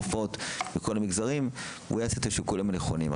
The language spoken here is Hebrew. רופאות וכל המגזרים והוא יעשה את השיקולים הנכונים.